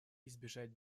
избежать